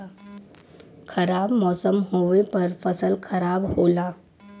खराब मौसम होवे पर फसल खराब होला